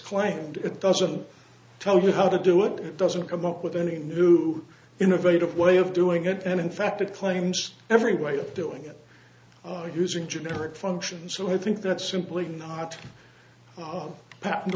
claimed it doesn't tell you how to do it it doesn't come up with any new innovative way of doing it and in fact it claims every way of doing it are using generic functions so i think that's simply not oh